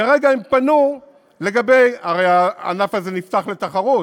כרגע הם פנו לגבי, הרי הענף הזה נפתח לתחרות.